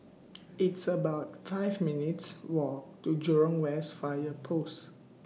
It's about five minutes' Walk to Jurong West Fire Post